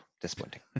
disappointing